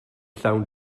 llawn